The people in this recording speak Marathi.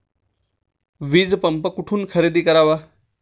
वीजपंप कुठून खरेदी करावा?